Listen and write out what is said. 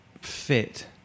fit